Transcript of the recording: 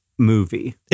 movie